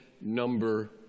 number